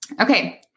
Okay